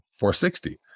460